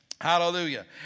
Hallelujah